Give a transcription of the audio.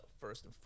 first